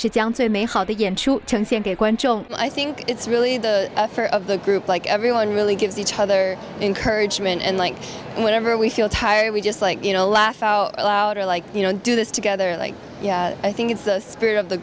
i think it's really the affair of the group like everyone really gives each other encourage them and like whenever we feel tired we just like you know laugh out loud or like you know do this together like i think it's the spirit of the